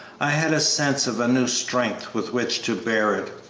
i had a sense of new strength with which to bear it.